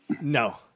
no